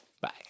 Bye